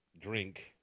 drink